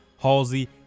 Halsey